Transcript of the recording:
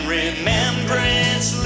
remembrance